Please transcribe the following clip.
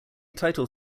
title